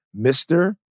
Mr